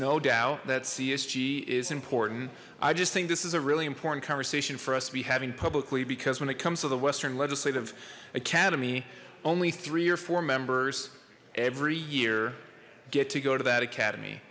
no doubt that csg is important i just think this is a really important conversation for us to be having publicly because when it comes to the western legislative academy only three or four members every year get to go to that academy